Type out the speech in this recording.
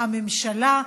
הממשלה,